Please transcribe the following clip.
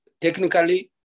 Technically